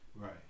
Right